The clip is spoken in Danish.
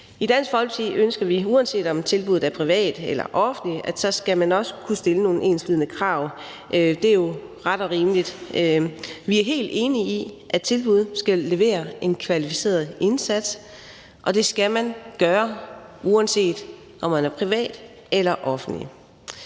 I Dansk Folkeparti ønsker vi, uanset om tilbuddet er privat eller offentligt, at man skal kunne stille nogle enslydende krav. Det er jo ret og rimeligt. Vi er helt enige i, at tilbud skal levere en kvalificeret indsats, og det skal man gøre, uanset om man er privat eller offentlig.